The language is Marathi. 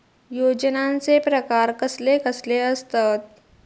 योजनांचे प्रकार कसले कसले असतत?